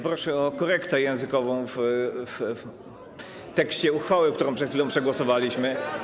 Proszę o korektę językową w tekście uchwały, którą przed chwilą przegłosowaliśmy.